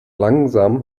langsam